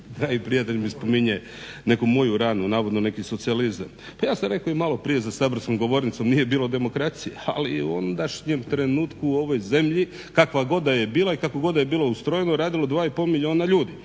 prijatelj mi spominje neku moju ranu, navodno neki socijalizam. Pa ja sam rekao i maloprije za saborskom govornicom nije bilo demokracije, ali u ondašnjem trenutku u ovoj zemlji, kakva god da je bila i kako god da je bilo ustrojeno radilo je 2,5 milijuna ljudi.